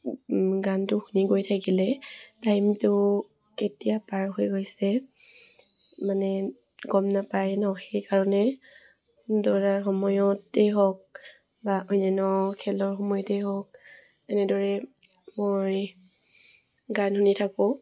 গানটো শুনি গৈ থাকিলে টাইমটো কেতিয়া পাৰ হৈ গৈছে মানে গম নাপায় ন সেইকাৰণে দৌৰাৰ সময়তেই হওক বা অন্যান্য খেলৰ সময়তেই হওক এনেদৰে মই গান শুনি থাকোঁ